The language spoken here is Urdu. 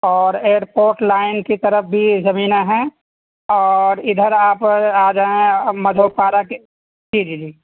اور ایئرپورٹ لائن کی طرف بھی زمینیں ہیں اور ادھر آپ آجائیں مدھو پارک جی جی جی